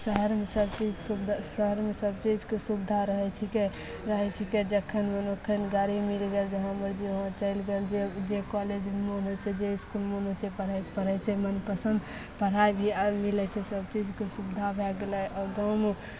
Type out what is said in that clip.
शहरमे सबचीज सुबिधा शहरमे सब चीजके सुबिधा रहैत छिकै रहैत छिकै जखन मन ओखन गाड़ी मिल गेल जहाँ मर्जी वहाँ चलि गेल जे जे कॉलेजमे मन होइत छै जे इसकुल मन होइत छै पढ़ैत छै मनपसन्द पढ़ाइ भी आर मिलैत छै सब चीजके सुबिधा भए गेलै आओर गाँवमे